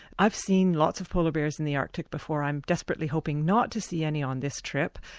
i've seen lots of polar bears in the arctic before i'm desperately hoping not to see any on this trip,